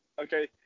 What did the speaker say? okay